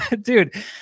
dude